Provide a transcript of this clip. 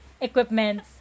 equipment